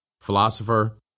philosopher